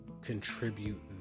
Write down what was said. contribute